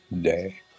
day